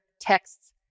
texts